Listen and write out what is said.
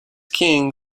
king